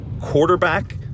quarterback